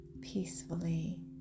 peacefully